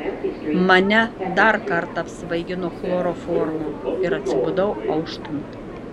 mane dar kartą apsvaigino chloroformu ir atsibudau auštant